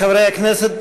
חברי הכנסת,